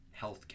healthcare